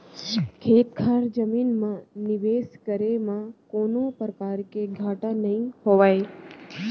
खेत खार जमीन म निवेस करे म कोनों परकार के घाटा नइ होवय